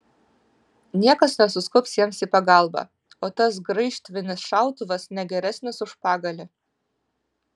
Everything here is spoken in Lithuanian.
niekas nesuskubs jiems į pagalbą o tas graižtvinis šautuvas ne geresnis už pagalį